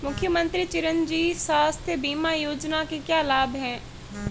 मुख्यमंत्री चिरंजी स्वास्थ्य बीमा योजना के क्या लाभ हैं?